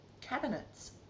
cabinets